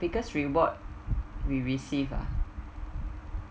biggest reward we receive ah